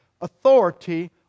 authority